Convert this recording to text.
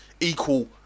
equal